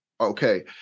Okay